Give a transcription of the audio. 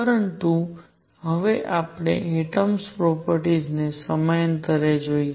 પરંતુ હવે આપણે એટમ્સ પ્રોપર્ટીસ ને સમયાંતરે જોઈએ